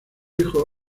hijo